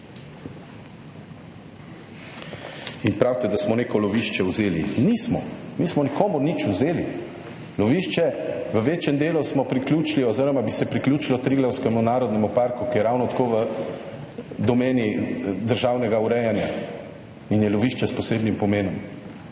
Pravite, da smo neko lovišče vzeli. Nismo, mi nismo nikomur nič vzeli. V večjem delu smo priključili oziroma bi se priključili Triglavskemu narodnemu parku, ki je ravno tako v domeni državnega urejanja in je lovišče s posebnim pomenom.